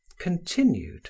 Continued